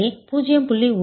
இங்கே 0